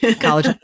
college